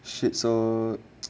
shit so